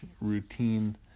routine